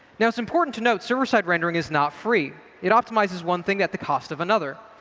now it's important to note, server side rendering is not free. it optimizes one thing at the cost of another.